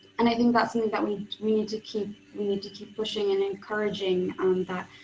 and i think that's something that we need to keep we need to keep pushing and encouraging that.